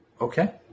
Okay